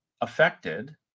affected